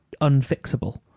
unfixable